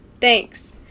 Thanks